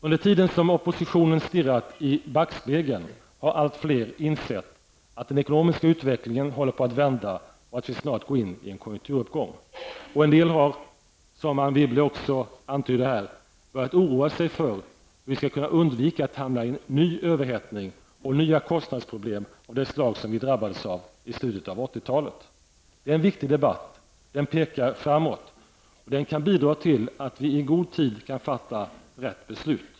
Under tiden som oppositionen stirrat i backspegeln har allt fler insett att den ekonomiska utvecklingen håller på att vända och att vi snart går in i en konjunkturuppgång. En del har redan -- som Anne Wibble antydde -- börjat oroa sig för hur vi då skall kunna undvika att hamna i en ny överhettning och nya kostnadsproblem av det slag som vi drabbades av i slutet av 80-talet. Det är en viktig debatt. Den pekar framåt, och den kan bidra till att vi i god tid kan fatta rätt beslut.